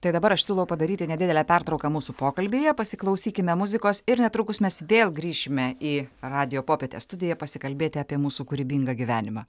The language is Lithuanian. tai dabar aš siūlau padaryti nedidelę pertrauką mūsų pokalbyje pasiklausykime muzikos ir netrukus mes vėl grįšime į radijo popietės studiją pasikalbėti apie mūsų kūrybingą gyvenimą